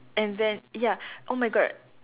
and then ya oh my god